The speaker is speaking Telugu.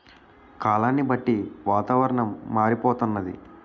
కాలాన్ని బట్టి వాతావరణం మారిపోతన్నాది